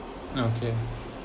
okay